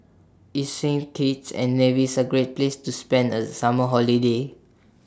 IS Saint Kitts and Nevis A Great Place to spend The Summer Holiday